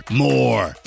more